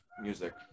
music